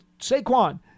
Saquon